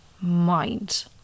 mind